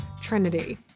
trinity